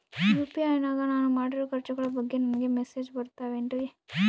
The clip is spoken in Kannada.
ಯು.ಪಿ.ಐ ನಾಗ ನಾನು ಮಾಡಿರೋ ಖರ್ಚುಗಳ ಬಗ್ಗೆ ನನಗೆ ಮೆಸೇಜ್ ಬರುತ್ತಾವೇನ್ರಿ?